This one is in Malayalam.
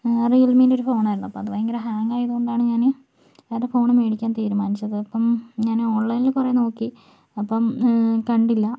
റിയൽമീൻ്റെ ഒരു ഫോൺ ആയിരുന്നു അപ്പോൾ അത് ഭയങ്കര ഹാങ്ങ് ആയതുകൊണ്ടാണ് ഞാൻ വേറെ ഫോൺ മേടിക്കാൻ തീരുമാനിച്ചത് അപ്പോൾ ഞാൻ ഓൺലൈനിൽ കുറേ നോക്കി അപ്പോൾ കണ്ടില്ല